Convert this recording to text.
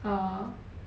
orh